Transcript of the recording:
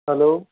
hello